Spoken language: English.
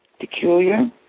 Peculiar